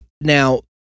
now